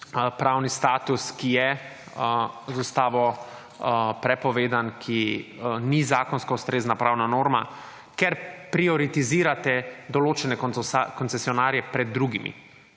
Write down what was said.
pravni status, ki je z Ustavo prepovedan, ki ni zakonsko ustrezna pravna norma, ker prioritizirate določene koncesionarje pred drugimi.